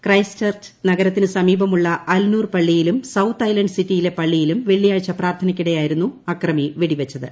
Christ church നഗരത്തിന് സമീപമുള്ള Al Noor പള്ളിയിലും സൌത്ത് ഐലന്റ് സിറ്റിയിലെ പള്ളിയിലും വെള്ളിയാഴ്ച പ്രാർത്ഥനയ്ക്കിടെയായിരുന്നു അക്രമി വെടിവച്ചത്